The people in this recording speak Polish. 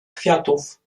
kwiatów